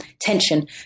tension